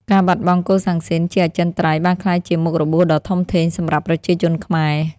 ការបាត់បង់កូសាំងស៊ីនជាអចិន្ត្រៃយ៍បានក្លាយជាមុខរបួសដ៏ធំធេងសម្រាប់ប្រជាជនខ្មែរ។